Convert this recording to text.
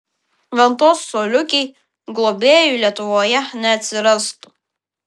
ventos coliukei globėjų lietuvoje neatsirastų